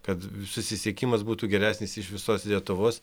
kad susisiekimas būtų geresnis iš visos lietuvos